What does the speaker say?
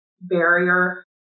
barrier